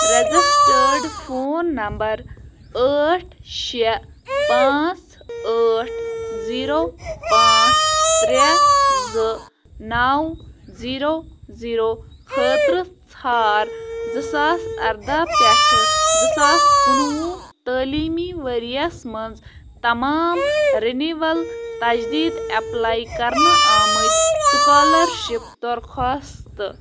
registered phone number ٲٹھ شےٚ پانٛژھ ٲٹھ زیٖرو پانٛژھ ترٛےٚ زٕ نَو زیٖرو زیٖرو خٲطرٕ ژھار زٕ ساس اَرداہ پٮ۪ٹھٕ زٕ ساس کُنہٕ وُہ تٲلیٖمی ؤریَس منٛز تمام رٕنیٖوَل تَشدیٖد اٮ۪پلَے کرنہٕ آمٕتۍ سٕکالَرشِپ درخواست